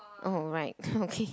oh right okay